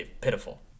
pitiful